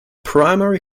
primary